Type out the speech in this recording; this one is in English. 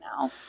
now